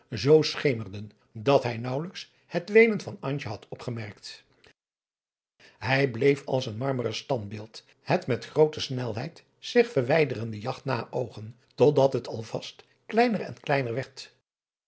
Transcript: zoo schemerden dat hij naauwelijks het weenen van antje had opgemerkt hij bleef als een marmeren standbeeld het met groote snelheid zich verwijderende jagt naoogen tot dat het al vast kleiner en kleiner werd